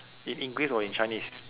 in english or in chinese